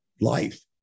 life